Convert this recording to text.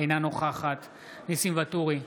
אינה נוכחת ניסים ואטורי,